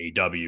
AW